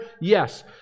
yes